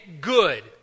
good